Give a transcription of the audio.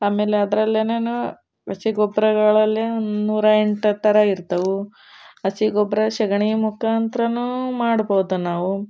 ಆಮೇಲೆ ಅದರಲ್ಲೆನೆನು ಹಸಿ ಗೊಬ್ಬರಗಳಲ್ಲೇ ನೂರಾ ಎಂಟು ಥರ ಇರ್ತವೆ ಹಸಿ ಗೊಬ್ಬರ ಸೆಗಣಿ ಮುಖಾಂತರನೂ ಮಾಡ್ಬೋದು ನಾವು